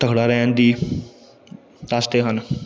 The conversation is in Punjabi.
ਤਕੜਾ ਰਹਿਣ ਦੀ ਦੱਸਦੇ ਹਨ